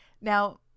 Now